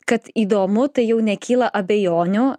kad įdomu tai jau nekyla abejonių